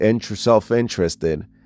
self-interested